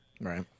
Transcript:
Right